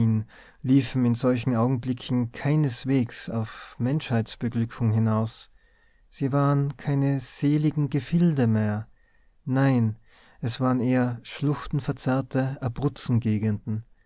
liefen in solchen augenblicken keineswegs auf menschheitsbeglückung hinaus sie waren keine seligen gefilde mehr nein es waren schluchtenverzerrte abruzzengegenden und